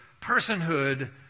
personhood